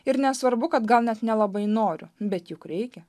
ir nesvarbu kad gal net nelabai noriu bet juk reikia